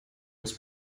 was